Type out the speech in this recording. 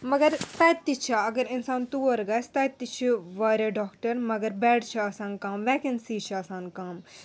مگر تَتہِ تہِ چھِ اَگَر اِنسان تور گژھِ تَتہِ تہِ چھِ وارِیاہ ڈاکٹَر مگر بیٚڈ چھِ آسان کَم وٮ۪کَنسی چھِ آسان کَم